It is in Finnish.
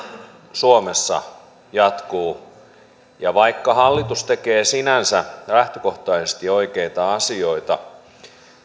suomessa jatkuu ja vaikka hallitus tekee sinänsä lähtökohtaisesti oikeita asioita